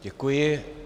Děkuji.